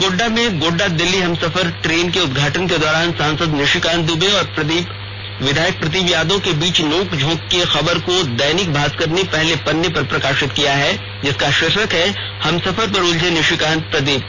गोड्डा में गोडडा दिल्ली हमसफर ट्रेन के उदघाटन के दौरान सांसद निशिकांत दूबे और विधायक प्रदीप यादव के बीच नोक झोंक की खबर को दैनिक भास्कर ने पहले पन्ने पर प्रकाशित किया है जिसका शीर्षक है हमसफर पर उलझे निशिकांत प्रदीप